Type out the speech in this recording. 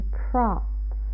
props